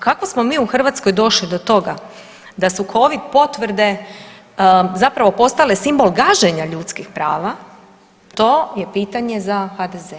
Kako smo mi u Hrvatskoj došli do toga da su Covid potvrde zapravo postale simbol gaženja ljudskih prava, to je pitanje za HDZ.